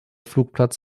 flugplatz